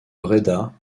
bréda